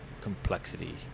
complexity